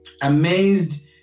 Amazed